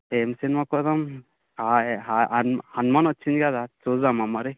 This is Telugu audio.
ఏమి సినిమాకి పోదాం హాయ్ హనుమా హనుమాన్ వచ్చింది కదా చూద్దామా మరి